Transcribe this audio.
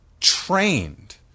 trained